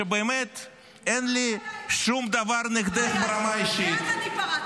ובאמת אין לי שום דבר נגדך ברמה האישית --- גם אני פרצתי,